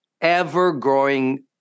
ever-growing